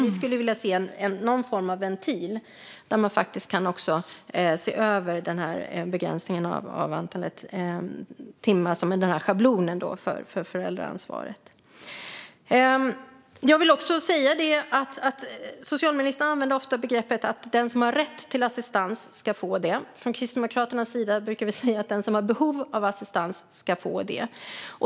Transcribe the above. Vi skulle därför vilja se någon form av ventil där man kan se över begränsningen av antalet timmar i schablonen för föräldraansvaret. Socialministern säger ofta att den som har rätt till assistans ska få det. Kristdemokraterna brukar säga att den som har behov av assistans ska få det.